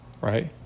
right